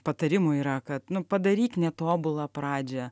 patarimų yra kad nu padaryk netobulą pradžią